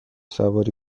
سواری